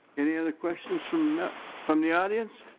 any other questions from from the audience?